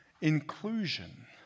inclusion